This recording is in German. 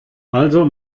also